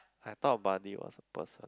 I thought a buddy was a person